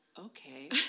okay